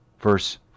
verse